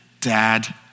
dad